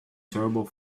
terrible